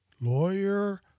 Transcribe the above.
lawyer